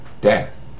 death